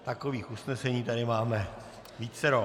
Takových usnesení tady máme vícero.